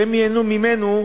שהם ייהנו ממנו,